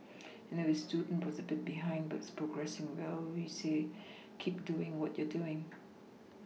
and if a student was a bit behind but is progressing well we'll say keep doing what you're doing